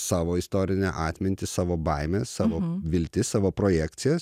savo istorinę atmintį savo baimes savo viltis savo projekcijas